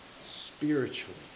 spiritually